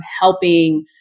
helping